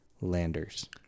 Landers